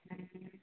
हँ